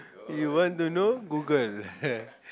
you want to know Google